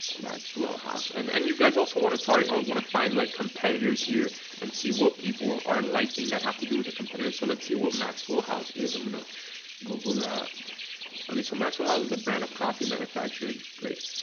maxwell house and and you guys also want to target or want to find like competitors here here and see what people are liking that have to do with the competitors, so let's see what maxwell house is i'm gonna google that okay, so maxwell house is a brand of coffee manufactured great,